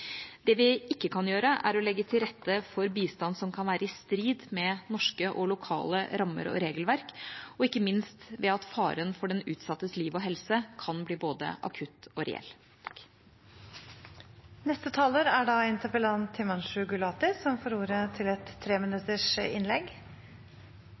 Det vi ikke kan gjøre, er å legge til rette for bistand som kan være i strid med norske og lokale rammer og regelverk, og ikke minst ved at faren for den utsattes liv og helse kan bli både akutt og reell. Jeg vil begynne med å takke utenriksministeren for svaret, og for at disse sakene som